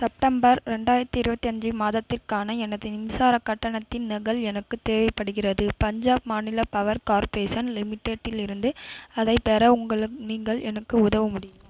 September ரெண்டாயிரத்தி இருபத்தி அஞ்சு மாதத்திற்கான எனது மின்சார கட்டணத்தின் நகல் எனக்கு தேவைப்படுகிறது பஞ்சாப் மாநில பவர் கார்ப்ரேஷன் லிமிடெட்டிலிருந்து அதைப் பெற உங்கள் நீங்கள் எனக்கு உதவ முடியுமா